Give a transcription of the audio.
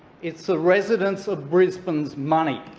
it's the residents of brisbane's money